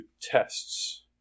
tests